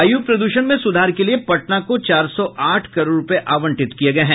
वायू प्रद्षण में सुधार के लिये पटना को चार सौ आठ करोड़ रूपये आवंटित किये गये हैं